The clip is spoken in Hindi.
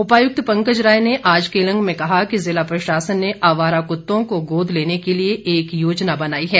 उपायुक्त पंकज राय ने आज केलंग में कहा कि जिला प्रशासन ने आवारा कुत्तों को गोद लेने के लिए एक योजना बनाई है